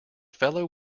fellow